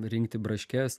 rinkti braškes